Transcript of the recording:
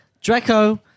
Draco